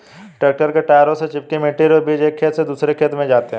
tractor के टायरों से चिपकी मिट्टी पर बीज एक खेत से दूसरे खेत में जाते है